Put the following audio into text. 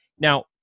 Now